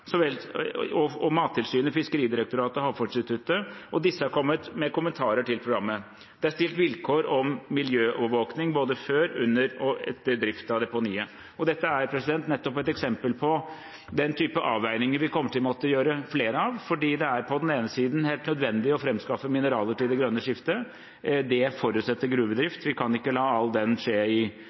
Mattilsynet, Fiskeridirektoratet og Havforskningsinstituttet, og disse har kommet med kommentarer til programmet. Det er stilt vilkår om miljøovervåking både før, under og etter drift av deponiet. Dette er nettopp et eksempel på den type avveininger vi kommer til å måtte gjøre flere av. Det er på den ene siden helt nødvendig å framskaffe mineraler til det grønne skiftet. Det forutsetter gruvedrift. Vi kan ikke la alt skje midt i